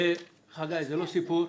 חגי, זה לא סיפור.